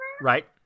Right